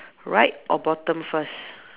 right or bottom first